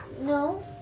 No